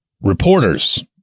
reporters